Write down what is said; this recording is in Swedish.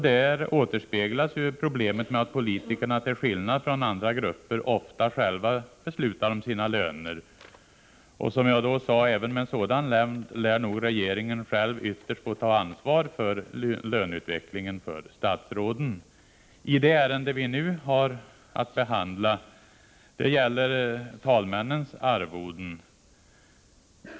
Där återspeglades problemet med att politiker till skillnad från andra grupper ofta själva beslutar om sina löner. Även med en sådan här nämnd lär regeringen själv ytterst få ta ansvar för löneutvecklingen för statsråden. Det ärende som vi nu har att behandla gäller talmännens arvoden.